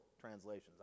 translations